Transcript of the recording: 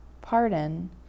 Pardon